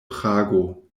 prago